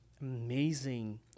amazing